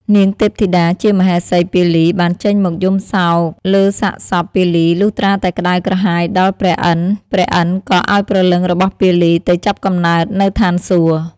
នាងទេធីតាជាមហេសីពាលី បានចេញមកយំសោកលើសាកសព ពាលី លុះត្រាតែក្តៅក្រហាយដល់ព្រះឥន្ទៗ ក៏ឱ្យព្រលឹងរបស់ពាលីទៅចាប់កំណើត នៅឋានសួគ៌។